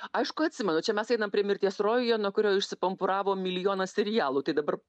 aišku atsimenu čia mes einam prie mirties rojuje nuo kurio išsipumpuravo milijonas serialų tai dabar